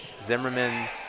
Zimmerman